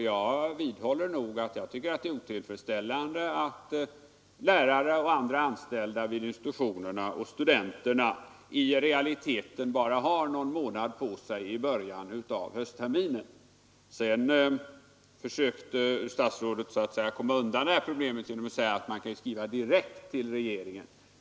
Jag vidhåller att det är otillfredsställande att lärare och andra anställda vid institutionerna och studenterna i realiteten bara har någon månad på sig i början av höstterminen. Statsrådet försökte komma undan problemet genom att säga att man kan skriva direkt till regeringen.